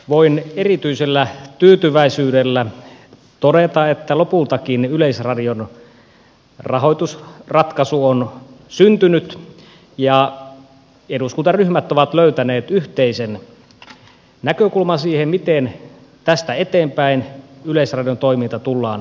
voin erityisellä tyytyväisyydellä todeta että lopultakin yleisradion rahoitusratkaisu on syntynyt ja eduskuntaryhmät ovat löytäneet yhteisen näkökulman siihen miten tästä eteenpäin yleisradion toiminta tullaan rahoittamaan